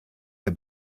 der